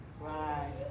right